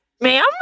Ma'am